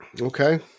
Okay